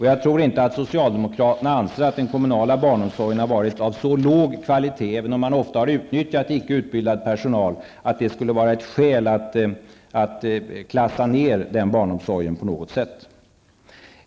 Jag tror inte att socialdemokraterna anser att den kommunala barnomsorgen har varit av så låg kvalitet, även om man ofta har utnyttjat icke utbildad personal, att det skulle vara ett skäl att klassa den barnomsorgen ner på något sätt.